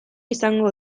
izango